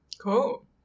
Cool